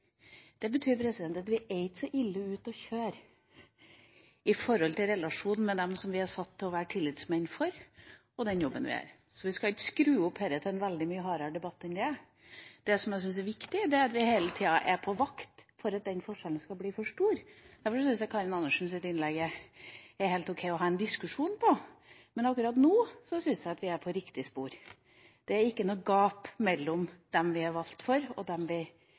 Det betyr at vi er ikke så ille ute å kjøre, sett i relasjon til dem vi er satt til å være tillitsmenn for, og den jobben vi gjør. Så vi skal ikke skru opp dette til en veldig mye hardere debatt enn det er. Det jeg syns er viktig, er at vi hele tida er på vakt overfor at den forskjellen skal bli for stor. Derfor syns jeg Karin Andersens innlegg er helt ok å ha en diskusjon om. Men akkurat nå syns jeg at vi er på riktig spor. Det er ikke noe gap mellom dem vi er valgt for, og dem vi